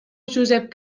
josep